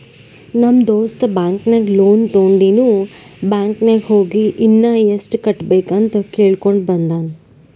ನಮ್ ದೋಸ್ತ ಬ್ಯಾಂಕ್ ನಾಗ್ ಲೋನ್ ತೊಂಡಿನು ಬ್ಯಾಂಕ್ ನಾಗ್ ಹೋಗಿ ಇನ್ನಾ ಎಸ್ಟ್ ಕಟ್ಟಬೇಕ್ ಅಂತ್ ಕೇಳ್ಕೊಂಡ ಬಂದಾನ್